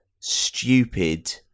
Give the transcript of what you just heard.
stupid